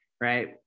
right